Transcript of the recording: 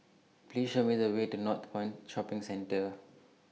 Please Show Me The Way to Northpoint Shopping Centre